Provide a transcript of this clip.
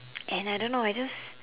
and I don't know I just